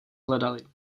hledali